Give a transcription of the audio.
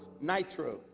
Nitro